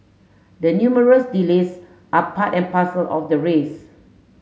the numerous delays are part and parcel of the race